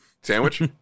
Sandwich